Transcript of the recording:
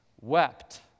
wept